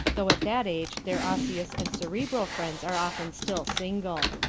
though at that age their osseous and cerebral friends are often still single.